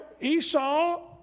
Esau